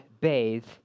bathe